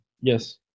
Yes